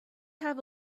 have